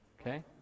okay